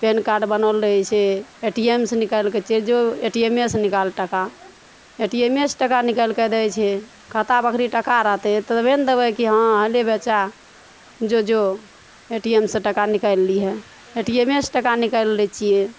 pan card बनल रहै छै ए टी एम सऽ निकालिके चेंजो ए टी एमे सऽ निकालि टका ए टी एमे सऽ टका निकालिके दै छै खाता मे अखनी टका रहतै तभे नऽ देबै कि हँ ले बच्चा जो जो ए टी एम सऽ टका निकाइल लिह ए टी एमे सऽ टका निकाइल लै छियै